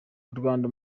rwanda